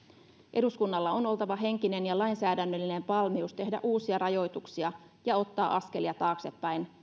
eduskunnalla on oltava henkinen ja lainsäädännöllinen valmius tehdä uusia rajoituksia ja ottaa askelia taaksepäin